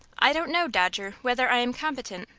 i don't know, dodger, whether i am competent.